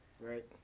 Right